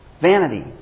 Vanity